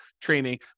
training